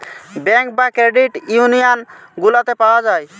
bank বা credit union গুলাতে পাওয়া যায়